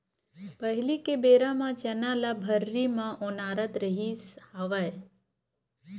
पहिली के बेरा म चना ल भर्री म ओनारत रिहिस हवय